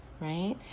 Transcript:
right